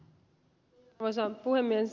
arvoisa puhemies